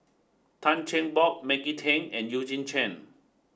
Tan Cheng Bock Maggie Teng and Eugene Chen